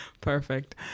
Perfect